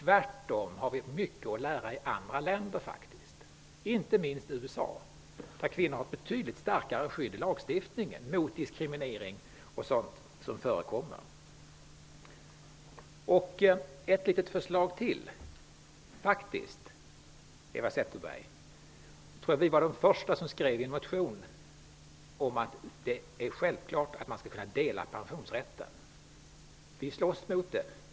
Vi har tvärtom mycket att lära av andra länder, inte minst från USA där kvinnor har ett betydligt starkare skydd mot diskriminering i lagstiftningen. Jag har ett litet förslag till, Eva Zetterberg. Jag tror att vi var de första som skrev i en motion att det är självklart att man skall kunna dela pensionsrätten. Vi slåss för det.